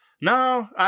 No